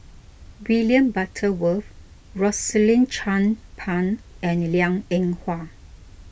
William Butterworth Rosaline Chan Pang and Liang Eng Hwa